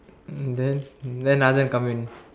um then then Nathan come in